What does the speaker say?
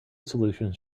solutions